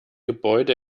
gebäude